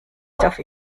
auf